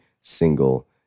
single